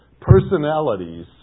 Personalities